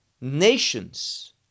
nations